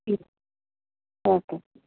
okay